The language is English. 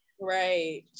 right